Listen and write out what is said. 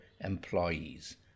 employees